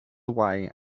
away